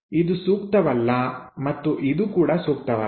ಇದು ಸೂಕ್ತವಲ್ಲ ಮತ್ತು ಇದು ಕೂಡ ಸೂಕ್ತವಲ್ಲ